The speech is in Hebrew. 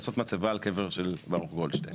על הקבר של ברוך גולדשטיין.